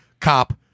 cop